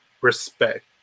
respect